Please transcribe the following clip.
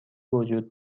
وجود